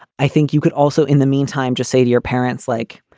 i think you could also in the meantime, just say to your parents, like,